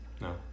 No